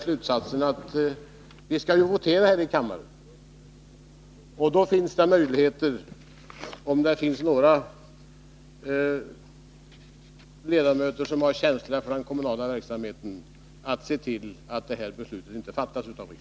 Men vi skall ju votera om det här förslaget. Om det finns några borgerliga ledamöter som har känsla för den kommunala verksamheten, finns det möjlighet för dem att då se till att detta borgerliga förslag inte blir riksdagens beslut.